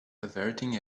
averting